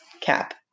cap